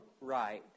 right